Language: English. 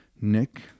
Nick